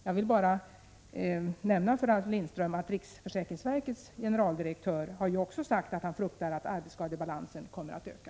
Jag vill bara nämna för Ralf Lindström att riksförsäkringsverkets generaldirektör också har sagt att han fruktar att arbetsskadebalansen kommer att öka.